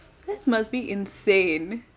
that must be insane